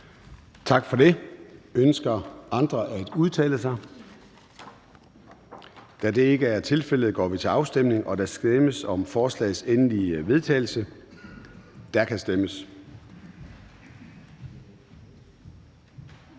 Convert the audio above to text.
Tak for det. Ønsker andre at udtale sig? Da det ikke er tilfældet, går vi til afstemning. Kl. 13:09 Afstemning Formanden (Søren Gade): Der stemmes